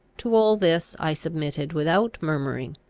to all this i submitted without murmuring.